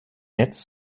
netz